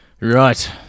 right